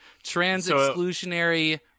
Trans-exclusionary